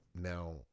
now